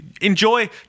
enjoy